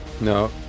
no